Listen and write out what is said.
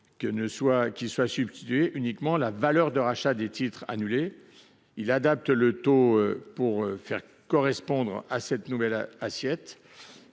laisser subsister que la valeur de rachat des titres annulés et à adapter le taux pour le faire correspondre à cette nouvelle assiette.